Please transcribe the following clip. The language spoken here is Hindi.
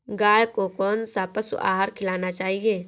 गाय को कौन सा पशु आहार खिलाना चाहिए?